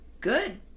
good